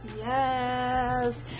Yes